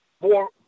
more